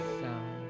sound